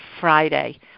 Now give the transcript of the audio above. Friday